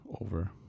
Over